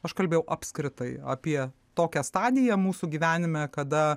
aš kalbėjau apskritai apie tokią stadiją mūsų gyvenime kada